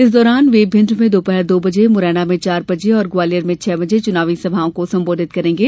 इस दौरान वे भिंड में दोपहर दो बजे मुरैना में चार बजे और ग्वालियर में छह बजे चुनावी सभाओं को संबोधित करेंगे